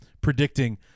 predicting